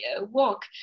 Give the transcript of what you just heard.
walk